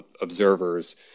observers